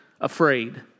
afraid